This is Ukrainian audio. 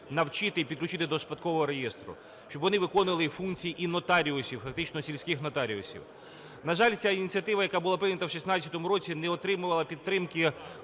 навчити і підключити до Спадкового реєстру, щоб вони виконували функції і нотаріусів фактично сільських нотаріусів. На жаль, ця ініціатива, яка була прийняла в 16-му році, не отримувала підтримки